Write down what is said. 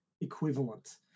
equivalent